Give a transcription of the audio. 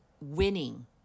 winning